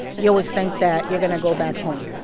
you always think that you're going to go back home,